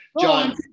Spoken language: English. John